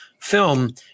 film